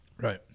Right